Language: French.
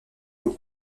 aux